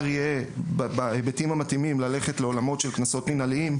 יהיה בהיבטים המתאימים ללכת לעולמות של קנסות מינהליים,